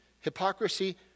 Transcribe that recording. hypocrisy